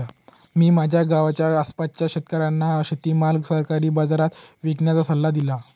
मी माझ्या गावाच्या आसपासच्या शेतकऱ्यांना शेतीमाल सरकारी बाजारात विकण्याचा सल्ला दिला